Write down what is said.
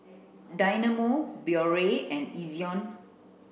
Dynamo Biore and Ezion